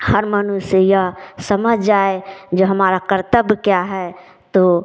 हर मनुष्य यह समझ जाए जो हमारा कर्तव्य क्या है तो